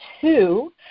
two